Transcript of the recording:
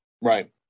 Right